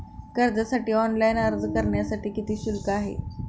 कर्जासाठी ऑनलाइन अर्ज करण्यासाठी किती शुल्क आहे?